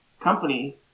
company